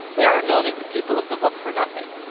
they aren't known as the people of the book for nothing.